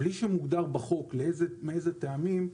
בלי שמוגדר בחוק מאיזה טעמים,